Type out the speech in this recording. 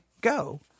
go